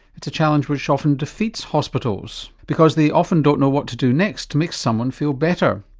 it's a challenge which often defeats hospitals because they often don't know what to do next to make someone feel better.